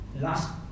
last